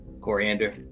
Coriander